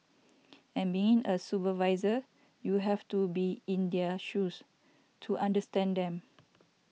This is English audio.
and being a supervisor you have to be in their shoes to understand them